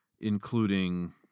including